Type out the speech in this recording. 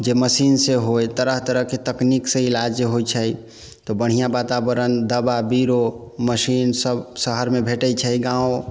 जे मशीनसँ होइ तरह तरहके तकनीकसँ इलाज जे होइ छै तऽ बढ़िआँ वातावरण दवा बिरो मशीनसभ शहरमे भेटै छै गाम